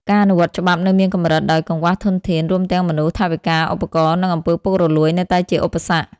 ការអនុវត្តច្បាប់នៅមានកម្រិត ដោយកង្វះធនធាន រួមទាំងមនុស្ស ថវិកា ឧបករណ៍ និងអំពើពុករលួយនៅតែជាឧបសគ្គ។